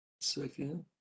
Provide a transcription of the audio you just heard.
second